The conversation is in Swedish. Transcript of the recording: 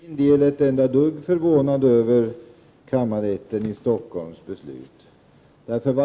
Herr talman! Jag är för min del inte alls förvånad över kammarrättens i Stockholm beslut.